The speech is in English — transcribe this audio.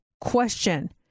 question